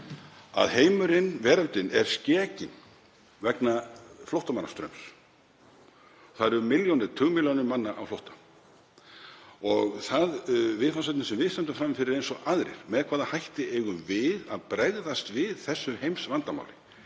að heimurinn, veröldin, er skekinn vegna flóttamannastraums. Það eru tugmilljónir manna á flótta og það viðfangsefni sem við stöndum frammi fyrir eins og aðrir er: Með hvaða hætti eigum við að bregðast við þessu heimsvandamáli?